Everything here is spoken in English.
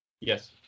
Yes